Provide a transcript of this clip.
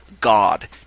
god